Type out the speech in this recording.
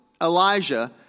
Elijah